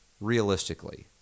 Realistically